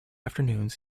afternoons